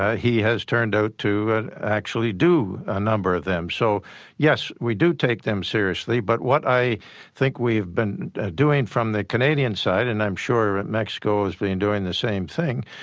ah he has turned out to ah actually do ah number of them. so yes, we do take them seriously. but what i think we've been doing from the canadian side, and i'm sure mexico has but been doing the same thing,